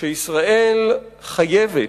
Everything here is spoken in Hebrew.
שישראל חייבת,